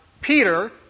Peter